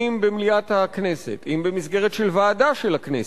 אם במליאת הכנסת, אם במסגרת ועדה של הכנסת,